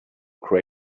great